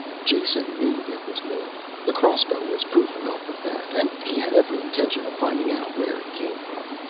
jason knew there was more, the crossbow was proof enough of that, and he had every intention of finding out where it came from.